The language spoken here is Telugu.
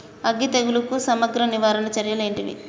అగ్గి తెగులుకు సమగ్ర నివారణ చర్యలు ఏంటివి?